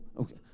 okay